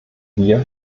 wir